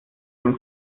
dem